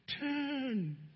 turn